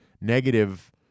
negative